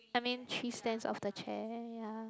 I mean three stands of the chair ya